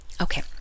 Okay